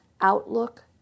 outlook